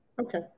okay